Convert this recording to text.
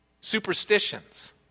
Superstitions